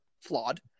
flawed